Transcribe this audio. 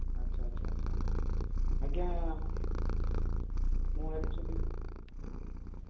ଆଚ୍ଛା ଆଚ୍ଛା ଆଚ୍ଛା ଆଜ୍ଞା ମୁଁ ଆକ୍ଚୁଆଲି